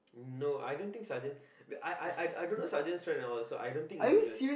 no I don't think sergeant I I I I don't know sergeant's friend at all so I don't think it's a good idea